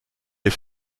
les